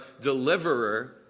deliverer